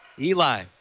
Eli